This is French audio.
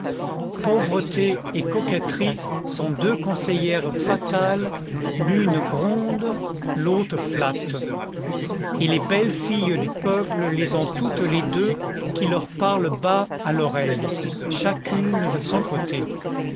pauvreté et coquetterie sont deux conseillères fatales l'une gronde l'autre flatte et les belles filles du peuple les ont toutes les deux qui leur parlent bas à l'oreille chacune de son côté